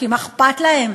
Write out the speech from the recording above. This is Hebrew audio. כי מה אכפת להם,